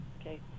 Okay